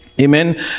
Amen